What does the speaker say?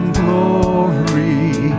glory